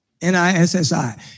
N-I-S-S-I